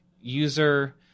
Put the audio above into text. user